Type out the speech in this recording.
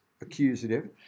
accusative